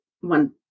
one